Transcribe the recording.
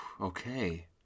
Okay